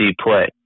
play